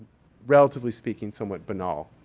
relatively speaking, somewhat banal.